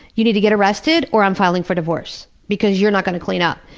you need to get arrested, or i'm filing for divorce. because you're not going to clean up.